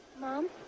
mom